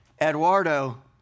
Eduardo